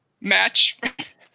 match